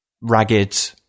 ragged